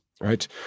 right